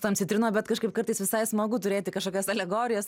su tom citrinom bet kažkaip kartais visai smagu turėti kažkokias alegorijas